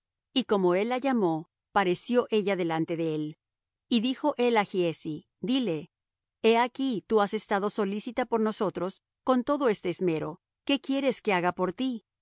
y como él la llamó pareció ella delante de él y dijo él á giezi dile he aquí tú has estado solícita por nosotros con todo este esmero qué quieres que haga por ti